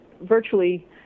virtually